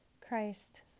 Christ